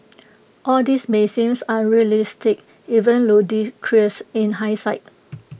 all this may seem unrealistic even ludicrous in hide sight